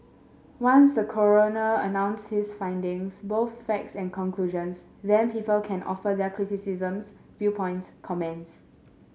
once the coroner announces his findings both facts and conclusions then people can offer their criticisms viewpoints comments